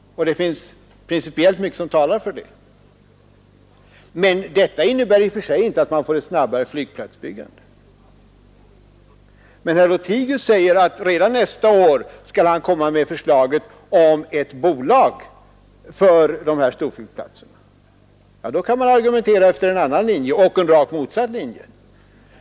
Det finns principiellt mycket som talar för det systemet. Men det innebär i och för sig inte att man får ett snabbare flygplatsbyggande. Herr Lothigius säger att redan nästa år skall han komma med förslaget om ett bolag för de här storflygplatserna. Ja, då kan man argumentera efter en annan och rakt motsatt linje.